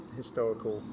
historical